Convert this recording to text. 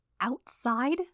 Outside